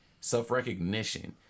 self-recognition